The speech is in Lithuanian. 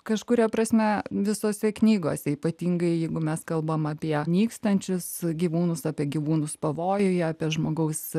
kažkuria prasme visose knygose ypatingai jeigu mes kalbam apie nykstančius gyvūnus apie gyvūnus pavojuje apie žmogaus